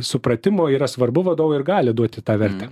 supratimų yra svarbu vadovui ir gali duoti tą vertę